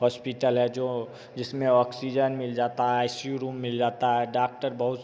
hospital है जो जिसमें ऑक्सीजन मिल जाता है आई सी यू रूम मिल जाता है डाक्टर बहुत